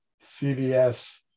CVS